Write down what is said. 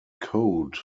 code